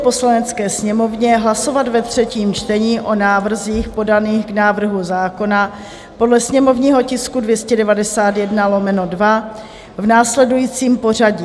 Poslanecké sněmovně hlasovat ve třetím čtení o návrzích podaných k návrhu zákona podle sněmovního tisku 291/2 v následujícím pořadí: